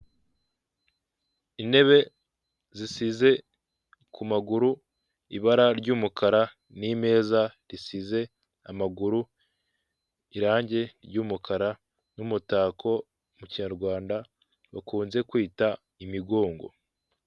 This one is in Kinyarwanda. Intebe zisize kumaguru ibara ry'umukara nimeza risize amaguru irangi ry'umukara n'umutako mu kinyarwanda bakunze kwita imigongo.